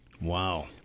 Wow